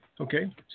Okay